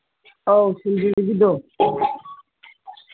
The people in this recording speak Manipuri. ꯑꯧ